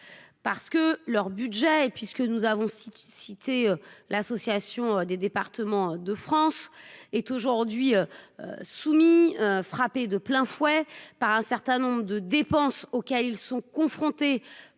Parce que leur budget et puisque nous avons cité cité l'association des départements de. France est aujourd'hui. Soumis frappée de plein fouet par un certain nombre de dépenses auxquelles ils sont confrontés